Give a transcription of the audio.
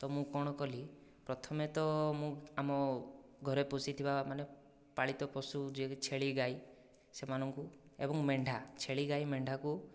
ତ ମୁଁ କଣ କଲି ପ୍ରଥମେ ତ ମୁଁ ଆମ ଘରେ ପୋଷିଥିବା ମାନେ ପାଳିତ ପଶୁ ଯିଏକି ଛେଳି ଗାଈ ସେମାନଙ୍କୁ ଏବଂ ମେଣ୍ଢା ଛେଳି ଗାଈ ମେଣ୍ଢାକୁ